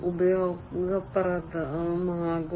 ഉപയോഗപ്രദമാകും